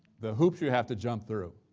the hoops you have to jump through,